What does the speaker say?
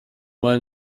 mal